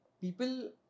people